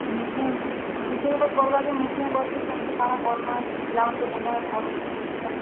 meeting କିଛି ଗୋଟେ କର୍ବାକେ ମିଟିଂ କରିକି କେମିତି କ'ଣ କରୁନାହାନ୍ତି ପିଲାମାନଙ୍କୁ କେନ୍ତା ପଢ଼ା ହବ